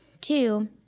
Two